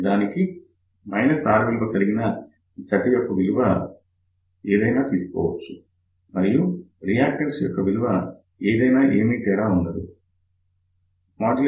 నిజానికి R విలువ కలిగిన Zout యొక్క విలువ ఏదైనా తీసుకొనవచ్చు మరియు రియాక్టన్స్ యొక్క విలువ ఏదైనా ఏమీ తేడా ఉండదు out 1